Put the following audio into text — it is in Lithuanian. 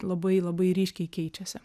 labai labai ryškiai keičiasi